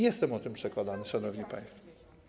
Jestem o tym przekonany, szanowni państwo.